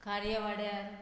खारी वाड्यार